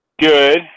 Good